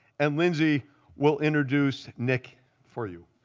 and lindsay will introduce nick for you.